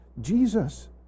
Jesus